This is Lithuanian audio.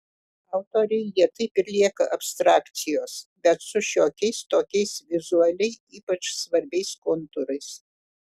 autoriui jie taip ir lieka abstrakcijos bet su šiokiais tokiais vizualiai ypač svarbiais kontūrais